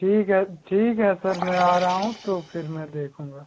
ठीक है ठीक है सर मैं आ रहा हूँ तो फिर मैं देखूँगा